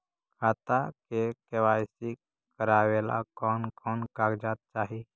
खाता के के.वाई.सी करावेला कौन कौन कागजात चाही?